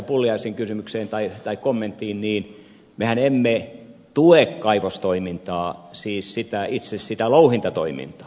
pulliaisen kysymykseen tai kommenttiin niin mehän emme tue kaivostoimintaa siis itse sitä louhintatoimintaa